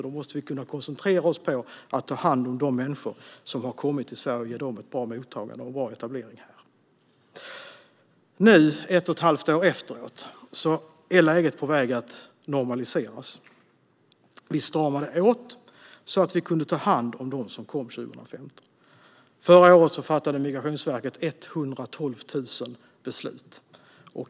Då måste vi kunna koncentrera oss på att ta hand om de människor som har kommit till Sverige och ge dem ett bra mottagande och en bra etablering här. Nu ett och ett halvt år efteråt är läget på väg att normaliseras. Vi stramade åt så att vi kunde ta hand om dem som kom 2015. Förra året fattade Migrationsverket 112 000 beslut.